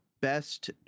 Best